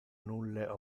nulle